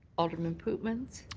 alderman pootmans.